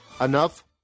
enough